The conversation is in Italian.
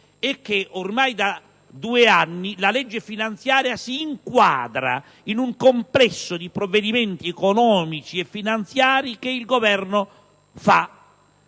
e che ormai da due anni la stessa si inquadra in un complesso di provvedimenti economici e finanziari del Governo.